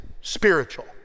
spiritual